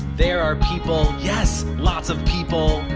there are people yes lots of people,